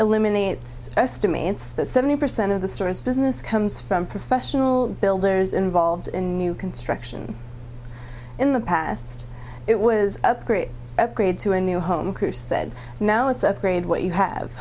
eliminates estimates that seventy percent of the store's business comes from professional builders involved in new construction in the past it was a great grade to a new home cruz said now it's upgrade what you have